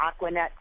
Aquanet